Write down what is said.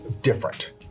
different